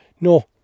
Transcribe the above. No